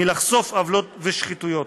מלחשוף עוולות ושחיתויות.